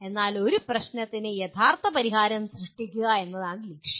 എന്നാൽ ഒരു പ്രശ്നത്തിന് യഥാർത്ഥ പരിഹാരം സൃഷ്ടിക്കുക എന്നതാണ് ലക്ഷ്യം